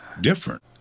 different